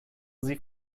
sie